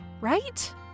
right